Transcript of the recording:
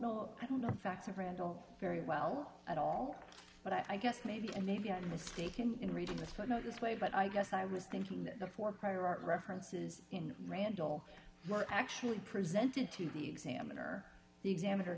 know i don't know facts and read all very well at all but i guess maybe and maybe i'm mistaken in reading this but know this way but i guess i was thinking that the four prior art references in randall were actually presented to the examiner the examiner